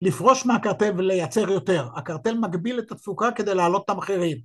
‫לפרוש מהקרטל ולייצר יותר. ‫הקרטל מגביל את התפוקה ‫כדי להעלות את המחירים.